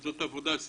האירוע שאני הייתי,